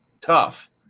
tough